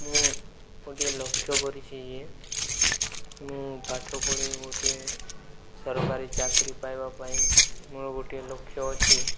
ମୁଁ ଗୋଟିଏ ଲକ୍ଷ୍ୟ କରିଛି ଯେ ମୁଁ ପାଠପଢ଼ି ଗୋଟିଏ ସରକାରୀ ଚାକିରି ପାଇବା ପାଇଁ ମୋର ଗୋଟିଏ ଲକ୍ଷ୍ୟ ଅଛି